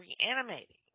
reanimating